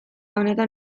honetan